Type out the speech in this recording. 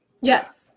Yes